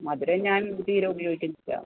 മധുരം ഞാൻ തീരെ ഉപയോഗിക്കൽ ഇല്ല